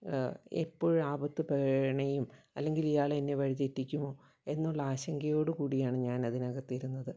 എപ്പോഴ് ആപത്ത് പിണയും അല്ലെങ്കിൽ ഇയാൾ എന്നെ വഴി തെറ്റിക്കുമോ എന്നുള്ള ആശങ്കയോടു കൂടിയാണ് ഞാൻ അതിനകത്തിരുന്നത്